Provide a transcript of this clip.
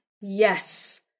yes